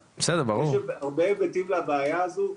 הרבה היבטים לבעיה הזו.